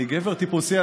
אני גבר טיפוסי,